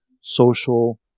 social